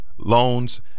loans